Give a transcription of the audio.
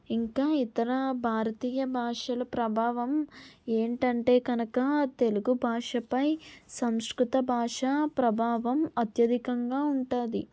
ఇంకా ఇతర భారతీయ భాషల ప్రభావం ఏంటంటే కనుక తెలుగు భాషపై సంస్కృత భాష ప్రభావం అత్యధికంగా ఉంటాది